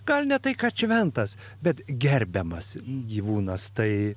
gal ne tai kad šventas bet gerbiamas gyvūnas tai